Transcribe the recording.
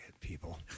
People